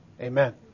Amen